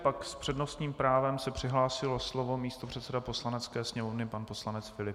S přednostním právem se přihlásil o slovo místopředseda Poslanecké sněmovny pan poslanec Filip.